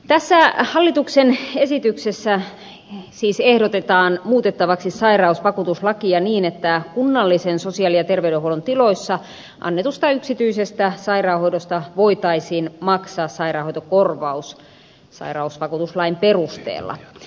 tässä hallituksen esityksessä siis ehdotetaan muutettavaksi sairausvakuutuslakia niin että kunnallisen sosiaali ja terveydenhuollon tiloissa annetusta yksityisestä sairaanhoidosta voitaisiin maksaa sairaanhoitokorvaus sairausvakuutuslain perusteella